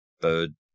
bird